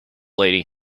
lady